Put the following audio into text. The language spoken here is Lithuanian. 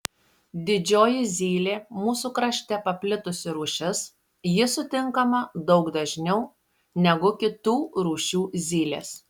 didžioji zylė mūsų krašte paplitusi rūšis ji sutinkama daug dažniau negu kitų rūšių zylės